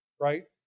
right